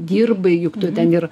dirbai juk tu ten ir